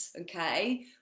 okay